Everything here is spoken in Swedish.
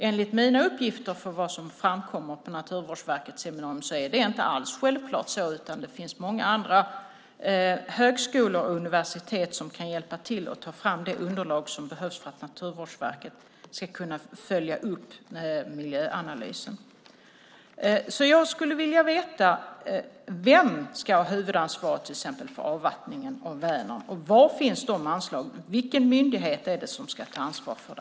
Enligt mina uppgifter om vad som framkom på Naturvårdsverkets seminarium är det inte alls självklart så, utan det finns många högskolor och universitet som kan hjälpa till med att ta fram det underlag som behövs för att Naturvårdsverket ska kunna följa upp miljöanalysen. Jag skulle vilja veta vem som ska ha huvudansvaret för till exempel avvattningen av Vänern. Var finns anslagen? Vilken myndighet är det som ska ta ansvaret?